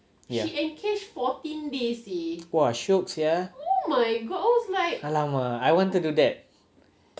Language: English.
!wah! shiok sia !alamak! I want to do that